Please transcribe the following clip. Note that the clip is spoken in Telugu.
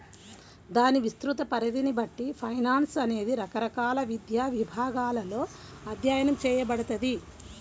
దాని విస్తృత పరిధిని బట్టి ఫైనాన్స్ అనేది రకరకాల విద్యా విభాగాలలో అధ్యయనం చేయబడతది